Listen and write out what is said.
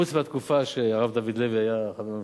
חוץ מהתקופה שהרב דוד לוי היה חבר ממשלה.